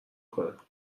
کنن